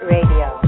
Radio